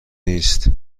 نیست